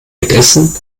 mitessen